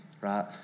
Right